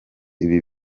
ibi